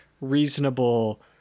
reasonable